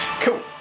Cool